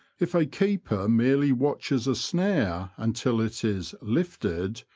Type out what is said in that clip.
if a keeper merely watches a snare until it is lifted,